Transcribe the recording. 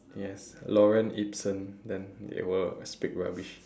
yes lorem ipsum then it will speak rubbish